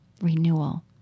Renewal